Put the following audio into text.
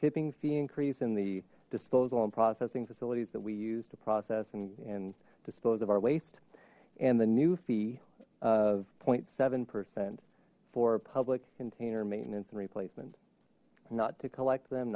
tipping fee increase in the disposal and processing facilities that we use to process and dispose of our waste and the new fee of zero point seven percent for public container maintenance and replacement not to collect them